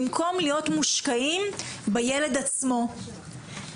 במקום להיות מושקעים בילד עצמו.